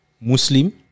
Muslim